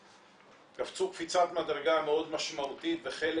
קפצו קפיצת מדרגה מאוד משמעותית בחלק